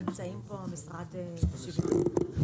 נמצאים פה המשרד לשוויון חברתי,